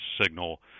signal